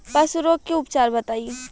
पशु रोग के उपचार बताई?